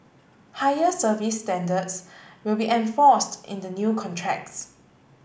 higher service standards will be enforced in the new contracts